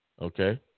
Okay